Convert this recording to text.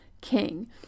king